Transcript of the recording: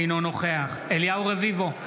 אינו נוכח אליהו רביבו,